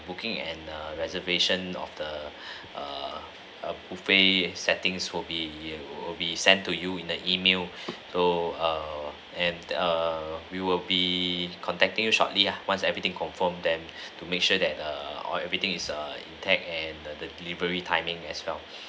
booking and err reservation of the err err buffet settings will be will be sent to you in the email so err and err we will be contacting you shortly ya once everything confirm then to make sure that err err everything is err intact and the delivery timing as well